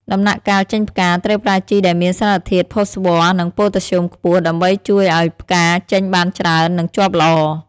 ដំណាក់កាលចេញផ្កា ត្រូវប្រើជីដែលមានសារធាតុ ផូស្វ័រ និង ប៉ូតាស្យូមខ្ពស់ ដើម្បីជួយឱ្យផ្កាចេញបានច្រើន និងជាប់ល្អ។